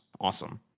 awesome